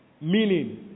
meaning